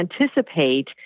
anticipate